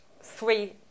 three